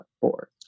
four